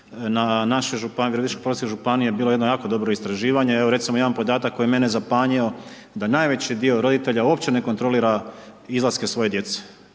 na naše županije, na…/Govornik se ne razumije/…županije bilo je jedno jako dobro istraživanje. Evo jedan podatak koji je mene zapanjio, da najveći dio roditelja uopće ne kontrolira izlaske svoje djece,